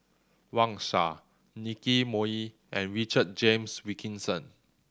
Wang Sha Nicky Moey and Richard James Wilkinson